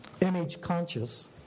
image-conscious